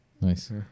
Nice